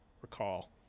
recall